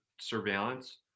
surveillance